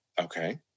Okay